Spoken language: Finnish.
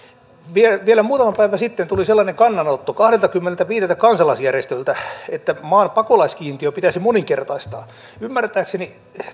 vielä muutama päivä sitten tuli sellainen kannanotto kahdeltakymmeneltäviideltä kansalaisjärjestöltä että maan pakolaiskiintiö pitäisi moninkertaistaa ymmärtääkseni